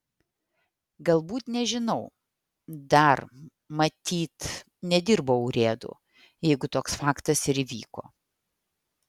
galbūt nežinau dar matyt nedirbau urėdu jeigu toks faktas ir įvyko